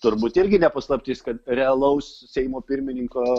turbūt irgi ne paslaptis kad realaus seimo pirmininko